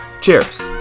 Cheers